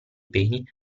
beni